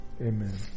Amen